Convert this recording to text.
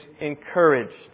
encouraged